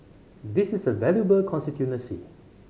this is a valuable constituency